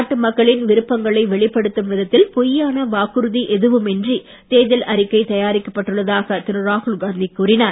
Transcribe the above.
நாட்டு மக்களின் விருப்பங்களை வெளிப்படுத்தும் விதத்தில் பொய்யான வாக்குறுதி எதுவுமின்றி தேர்தல் அறிக்கை தயாரிக்கப்பட்டுள்ளதாக திரு ராகுல்காந்தி கூறினார்